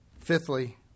Fifthly